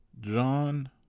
John